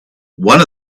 one